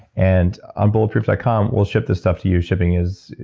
and on bulletproof dot com, we'll ship this stuff to you. shipping is,